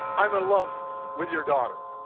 i'm in love with your daughter,